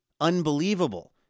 unbelievable